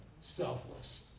Selfless